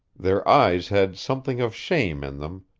their eyes had something of shame in them,